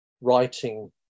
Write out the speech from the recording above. writing